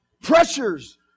Pressures